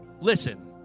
Listen